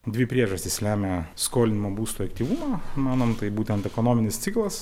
dvi priežastys lemia skolinimo būstui aktyvumą manom tai būtent ekonominis ciklas